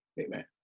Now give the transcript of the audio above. Amen